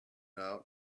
out